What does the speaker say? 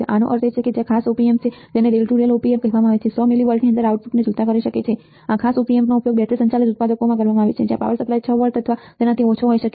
તેનો અર્થ એ કે ત્યાં ખાસ Op amp છે જેને rail to rail op amp કહેવામાં આવે છે જે 100 મિલી વોલ્ટની અંદર આઉટપુટને ઝૂલતા કરી શકે છે આ ખાસ op ampનો ઉપયોગ બેટરી સંચાલિત ઉત્પાદનોમાં કરવામાં આવે છે જ્યાં પાવર સપ્લાય 6 વોલ્ટ અથવા તેનાથી ઓછો હોઈ શકે છે